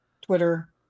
twitter